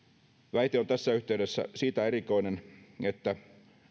väite on tässä yhteydessä siitä erikoinen että